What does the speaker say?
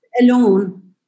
alone